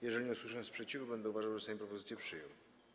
Jeżeli nie usłyszę sprzeciwu, będę uważał, że Sejm propozycję przyjął.